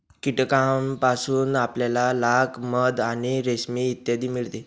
कीटकांपासून आपल्याला लाख, मध आणि रेशीम इत्यादी मिळते